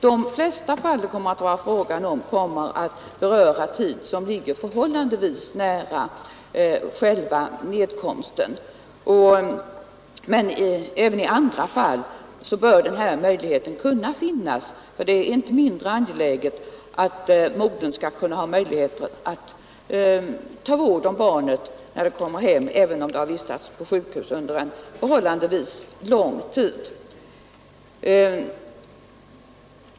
De flesta fallen kommer att gälla tid som ligger förhållandevis nära nedkomsten. Men även i andra fall bör den här möjligheten kunna finnas, för det är inte mindre angeläget att modern skall kunna ha möjligheten att ta vård om barnet när det kommer hem, även om barnet har vistats på sjukhus under förhållandevis lång tid.